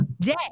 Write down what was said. day